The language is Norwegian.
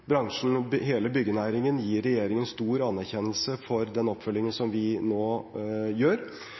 Bransjen – hele byggenæringen – gir regjeringen stor anerkjennelse for den oppfølgingen som vi nå gjør.